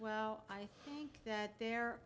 well i think that there